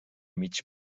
mig